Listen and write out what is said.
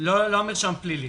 לא המרשם הפלילי.